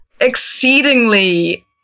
exceedingly